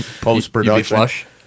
post-production